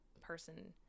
person